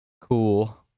Cool